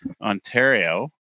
Ontario